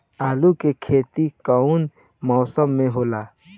आलू के खेती कउन मौसम में होला?